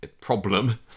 problem